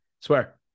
swear